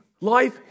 life